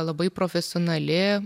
labai profesionali